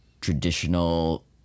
traditional